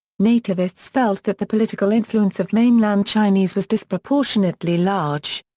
nativists felt that the political influence of mainland chinese was disproportionately large.